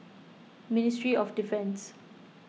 Ministry of Defence